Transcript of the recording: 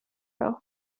row